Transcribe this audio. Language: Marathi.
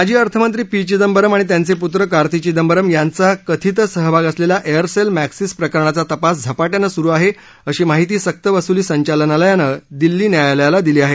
माजी अर्थमंत्री पी चिदंबरम आणि त्यांचे पुत्र कार्ति चिदंबरम यांचा कथित सहभाग असलेल्या एयरसेल मॅक्सिस प्रकरणाचा तपास झपाट्यानं सुरू आहे अशी माहिती सक्तवस्ली संचालनालयानं दिल्ली न्यायालयाला दिली आहे